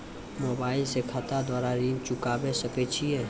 Mobile से खाता द्वारा ऋण चुकाबै सकय छियै?